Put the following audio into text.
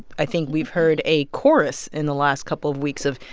i think we've heard a chorus in the last couple of weeks of,